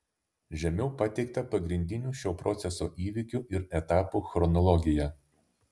žemiau pateikta pagrindinių šio proceso įvykių ir etapų chronologija